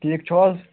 ٹھیٖک چھُو حظ